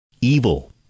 evil